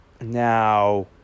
Now